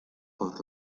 por